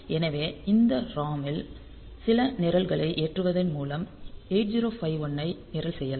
எனவே இந்த ROM ல் சில நிரல்களை ஏற்றுவதின் மூலம் 8051 ஐ நிரல் செய்யலாம்